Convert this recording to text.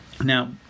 now